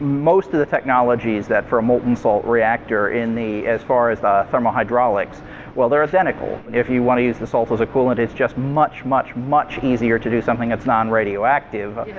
most of the technologies that for a molten salt reactor in the as far as a thermal hydraulics well they're identical. if you want to use the salt as a coolant it is just much, much, much easier to do something that's non-radioactive.